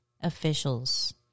officials